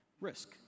risk